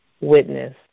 witness